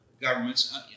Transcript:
governments